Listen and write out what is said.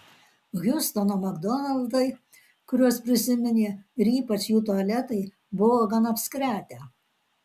hjustono makdonaldai kuriuos prisiminė ir ypač jų tualetai buvo gan apskretę